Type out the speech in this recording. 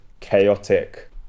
chaotic